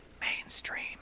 mainstream